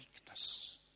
weakness